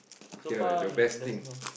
okay lah like the best thing